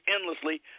endlessly